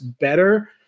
better